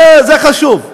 זה חשוב.